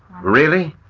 really?